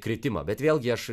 kritimą bet vėlgi aš